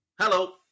Hello